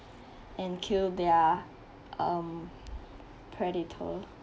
and kill their um predator